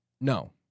No